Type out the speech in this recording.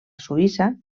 suïssa